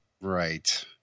Right